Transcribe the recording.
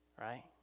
Right